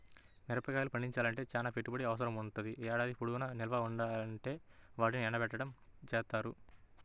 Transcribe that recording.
మిరగాయలు పండించాలంటే చానా పెట్టుబడి అవసరమవ్వుద్ది, ఏడాది పొడుగునా నిల్వ ఉండాలంటే వాటిని ఎండబెట్టడం జేత్తారు